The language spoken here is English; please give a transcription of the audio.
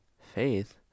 faith